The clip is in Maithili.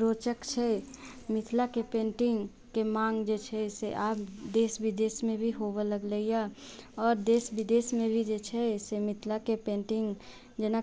रोचक छै मिथिलाके पेंटिंगके माँग जे छै से आब देश विदेशमे भी होबय लगलैए आओर देश विदेशमे भी जे छै से मिथिलाके पेंटिंग जेना